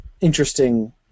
interesting